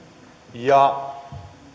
ja